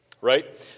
right